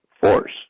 force